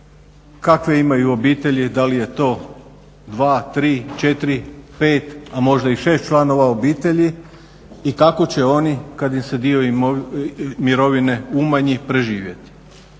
kakve imaju obitelji, da li je to 2,3,4,5 a možda i 6 članova obitelji i kako će oni kada im se dio mirovine umanji preživjeti?